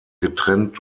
getrennt